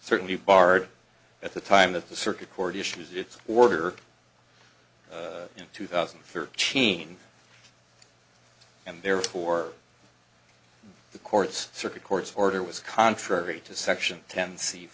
certainly barred at the time that the circuit court issues its order in two thousand and thirteen and therefore the court's circuit court's order was contrary to section ten